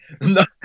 No